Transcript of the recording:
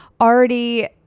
already